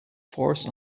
force